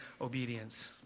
obedience